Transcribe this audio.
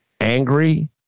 angry